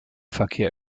verkehr